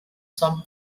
some